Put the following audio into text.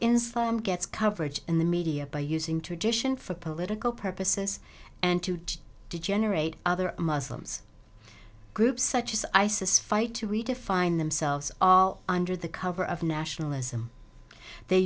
inside and gets coverage in the media by using tradition for political purposes and to degenerate other muslims groups such as isis fight to redefine themselves all under the cover of nationalism they